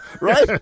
right